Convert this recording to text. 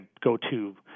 go-to